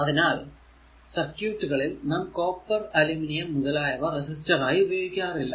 അതിനാൽ സർക്യൂട് കളിൽ നാം കോപ്പർ അലുമിനിയം മുതലായവ റെസിസ്റ്റർ ആയി ഉപയോഗിക്കാറില്ല